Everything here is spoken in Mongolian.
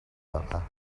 байгаа